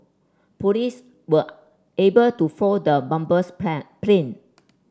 police were able to foil the bomber's plan plain